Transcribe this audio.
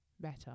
better